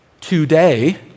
today